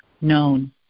known